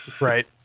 Right